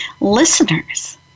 Listeners